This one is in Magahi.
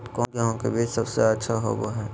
कौन गेंहू के बीज सबेसे अच्छा होबो हाय?